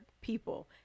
people